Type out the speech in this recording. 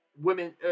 Women